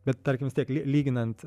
bet tarkim vis tiek lyginant